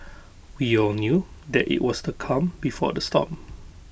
we all knew that IT was the calm before the storm